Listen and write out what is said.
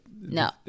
No